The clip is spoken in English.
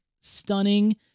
stunning